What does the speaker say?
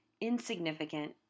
insignificant